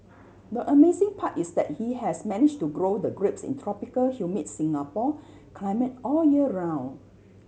the amazing part is that he has managed to grow the grapes in tropical humid Singapore climate all year round